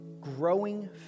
growing